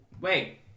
Wait